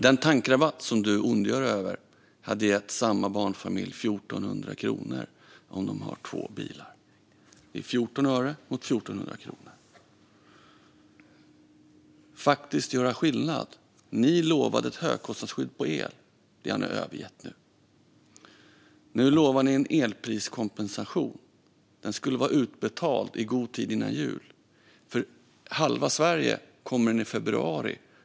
Den tankrabatt som du ondgör dig över hade gett samma barnfamilj 1 400 kronor om de har två bilar. Det är 14 öre mot 1 400 kronor. Det handlar om att faktiskt göra skillnad. Ni lovade ett högkostnadsskydd på el. Det har ni övergett nu. Nu lovar ni en elpriskompensation. Den skulle vara utbetald i god tid före jul. För halva Sverige kommer den i februari.